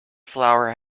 flower